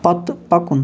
پتہٕ پکُن